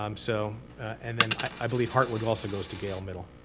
um so and then i believe hartwood also goes to gayle middle.